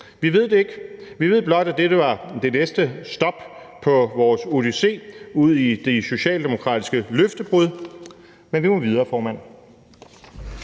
Vi ved det ikke. Vi ved blot, at dette var det næste stop på vores odyssé ud i det socialdemokratiske løftebrud, men vi må videre, formand.